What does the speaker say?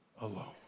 alone